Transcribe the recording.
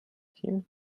him